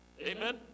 Amen